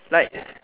like